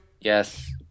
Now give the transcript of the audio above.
Yes